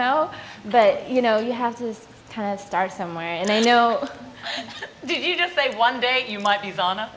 know but you know you have to start somewhere and you know if you just say one day you might be gon